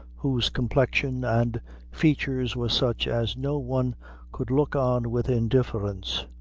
whose complexion and features were such as no one could look on with indifference,